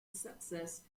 success